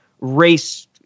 race